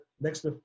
next